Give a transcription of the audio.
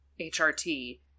HRT